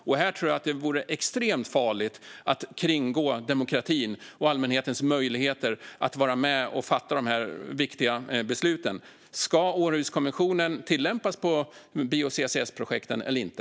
Jag tror att det vore extremt farligt att kringgå demokratin och allmänhetens möjligheter att vara med och fatta de här viktiga besluten. Ska Århuskonventionen tillämpas på bio-CCS-projekten eller inte?